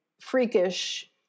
freakish